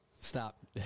Stop